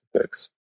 fix